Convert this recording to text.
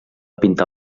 pintar